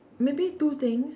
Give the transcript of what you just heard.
maybe two things